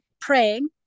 praying